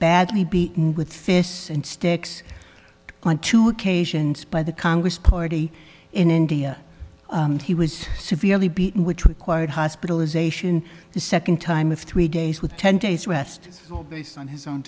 badly beaten with fists and sticks on two occasions by the congress party in india he was severely beaten which required hospitalization the second time with three days with ten days rest on his own